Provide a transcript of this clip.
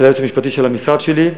עם היועץ המשפטי של המשרד שלי,